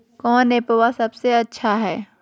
कौन एप्पबा सबसे अच्छा हय?